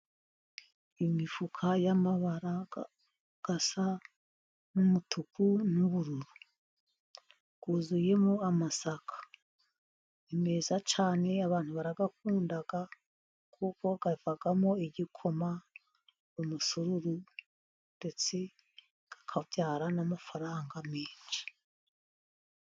Imifuka y'amabara asa n'umutuku n'ubururu bwuzuyemo amasaka meza cyane, abantu barayakunda kuko avamo igikoma, umusururu ndetse akabyara n'amafaranga menshi.